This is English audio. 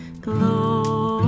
glory